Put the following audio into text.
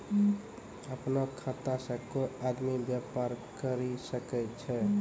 अपनो खाता से कोय आदमी बेपार करि सकै छै